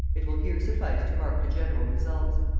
it will here suffice to mark the general results.